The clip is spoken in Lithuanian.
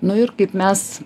nu ir kaip mes